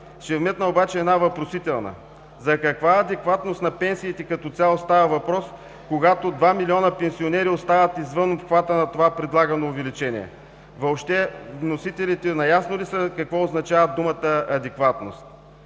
Ще вметна обаче една въпросителна: за каква адекватност на пенсиите като цяло става въпрос, когато два милиона пенсионери остават извън обхвата на това предлагано увеличение?! Въобще вносителите наясно ли са какво означава думата „адекватност“?